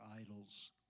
idols